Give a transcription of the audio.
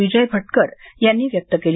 विजय भटकर यांनी व्यक्त केली